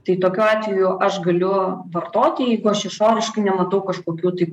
tai tokiu atveju aš galiu vartoti jeigu aš išoriškai nematau kažkokių tai